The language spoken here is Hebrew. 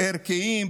ערכיים,